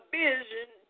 vision